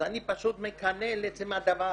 אז אני פשוט מקנא על עצם הדבר.